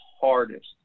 hardest